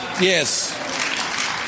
Yes